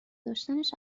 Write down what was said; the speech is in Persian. داشتنش